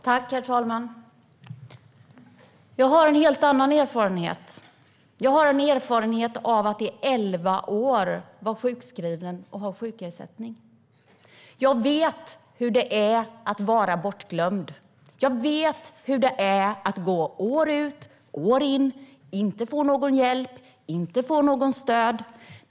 Herr talman! Jag har en helt annan erfarenhet. Jag har en erfarenhet av att i elva år vara sjukskriven och ha sjukersättning. Jag vet hur det är att vara bortglömd. Jag vet hur det är att gå år ut och år in och inte få någon hjälp och inte få något stöd.